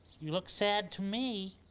you look sad to me.